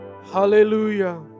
Hallelujah